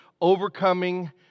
Overcoming